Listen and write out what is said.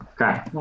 Okay